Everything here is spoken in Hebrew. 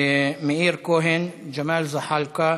מאיר כהן, ג'מאל זחאלקה,